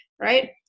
right